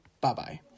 bye-bye